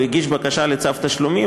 או הגיש בקשה לצו תשלומים,